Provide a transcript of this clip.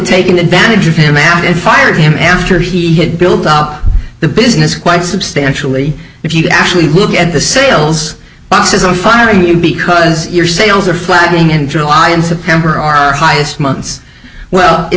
taken advantage of him and fired him after he had built up the business quite substantially if you actually look at the sales boxes i'm firing you because your sales are flagging into a lot in september are highest months well if